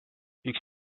üks